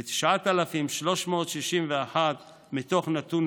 ו-9,361 מתוך זה